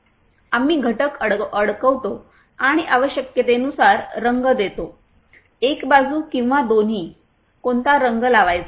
आम्ही घटक अडकवतो आणि आवश्यकतेनुसार रंग देतो एक बाजू किंवा दोन्ही कोणता रंग लावायचा